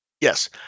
yes